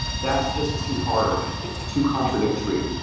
that's just too hard, it's too contradictory.